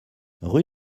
rue